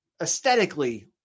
aesthetically